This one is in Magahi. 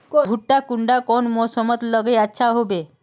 भुट्टा कौन कुंडा मोसमोत लगले अच्छा होबे?